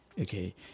Okay